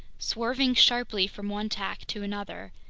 swerving sharply from one tack to another,